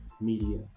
media